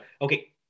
Okay